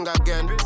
again